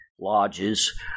lodges